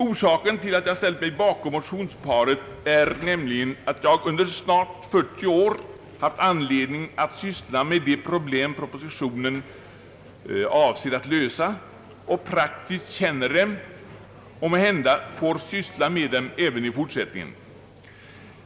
Orsaken till att jag ställt mig bakom motionsparet är att jag under snart 40 år haft anledning att syssla med de problem propositionen avser att lösa och praktiskt känner dem och att jag måhända får syssla med dem även i fortsättningen.